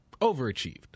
overachieved